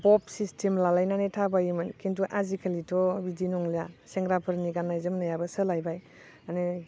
बब system लालायनानै थाबायोमोन खिन्थु आजिखालिथ' बिदि नंलिया सेंग्राफोरनि गाननाय जोमनायाबो सोलायबाय माने